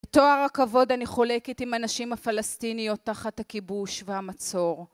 תואר הכבוד אני חולקת עם הנשים הפלסטיניות תחת הכיבוש והמצור.